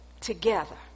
together